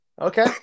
okay